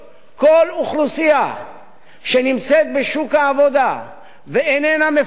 שנמצאת בשוק העבודה ואיננה מפוקחת יוצרת ירידה של